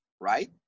right